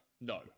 No